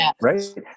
right